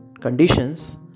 conditions